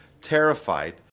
terrified